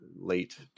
late